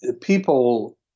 people